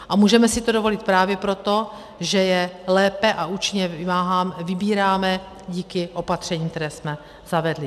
A můžeme si to dovolit právě proto, že je lépe a účinněji vybíráme díky opatřením, která jsme zavedli.